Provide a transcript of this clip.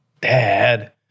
dad